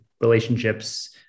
relationships